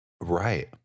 Right